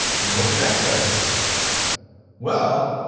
you know what the next step is well,